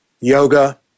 Yoga